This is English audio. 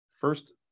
First